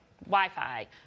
Wi-Fi